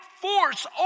force